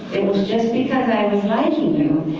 it was just because i was liking you.